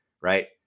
right